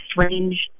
strange